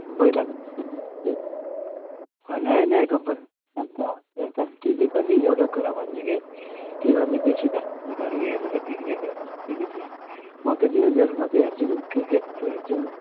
पहिलाको टिभी के भयो नयाँ नयाँ कम्पनीको भन्छ टिभीको नि एउटा कुरा भन्छु कि तिमीहरूले बेसी धारावाहिकहरू हेरेर बिग्रेको टिभी चाहिँ म त न्युजहरू मात्रै हेर्छु क्रिकेटहरू हेर्छु